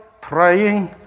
praying